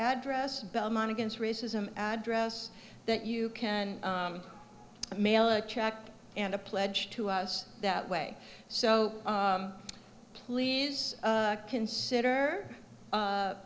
address belmont against racism address that you can mail a check and a pledge to us that way so please consider